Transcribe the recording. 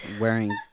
wearing